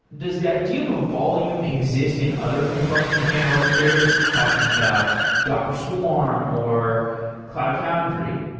does the idea of a volume exist in other container container orchestrators talking about docker swarm or cloud foundry?